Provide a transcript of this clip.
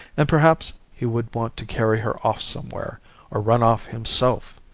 and perhaps he would want to carry her off somewhere or run off himself.